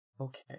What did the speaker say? Okay